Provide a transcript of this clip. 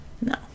No